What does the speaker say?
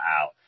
out